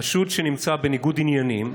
שחשוד שנמצא בניגוד עניינים,